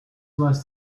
was